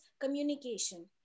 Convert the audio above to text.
communication